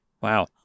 Wow